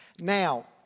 Now